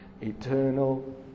eternal